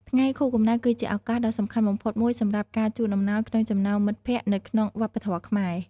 ថ្ងៃខួបកំណើតគឺជាឱកាសដ៏សំខាន់បំផុតមួយសម្រាប់ការជូនអំណោយក្នុងចំណោមមិត្តភក្តិនៅក្នុងវប្បធម៌ខ្មែរ។